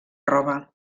roba